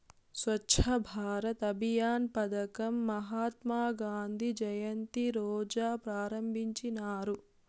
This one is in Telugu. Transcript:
స్వచ్ఛ భారత్ అభియాన్ పదకం మహాత్మా గాంధీ జయంతి రోజా ప్రారంభించినారు